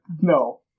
No